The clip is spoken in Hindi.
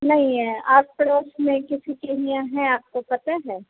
नहीं है आस पड़ोस में किसी के यहाँ है आपको पता है